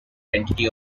entity